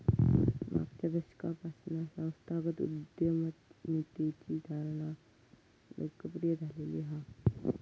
मागच्या दशकापासना संस्थागत उद्यमितेची धारणा लोकप्रिय झालेली हा